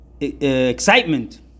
excitement